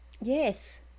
yes